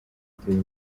uteye